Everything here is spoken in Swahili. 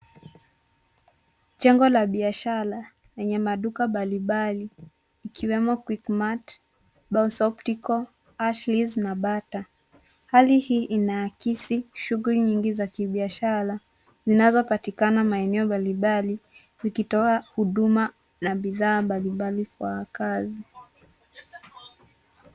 Jengo la biashara lenye maduka mbalimbali ikiwemo Quick Mart, Baus Optical na Bata. Hali hii inaakisi shughuli nyingi za kibiashara zinazopatikana maeneo mbalimbali ikitoa huduma na bidhaa mbalimbali kwa kazi.